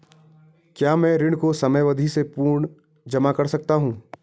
क्या मैं ऋण को समयावधि से पूर्व जमा कर सकती हूँ?